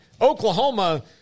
Oklahoma